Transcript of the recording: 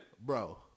bro